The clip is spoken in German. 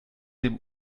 dem